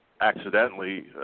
accidentally